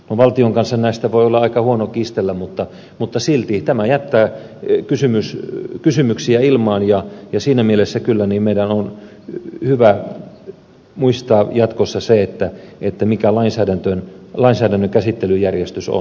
valtion kanssa näistä voi olla aika huono kiistellä mutta silti tämä jättää kysymyksiä ilmaan ja siinä mielessä meidän on kyllä hyvä muistaa jatkossa se mikä lainsäädännön käsittelyjärjestys on